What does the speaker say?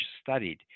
studied